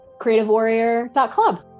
Creativewarrior.club